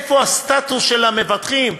איפה הסטטוס של המבטחים?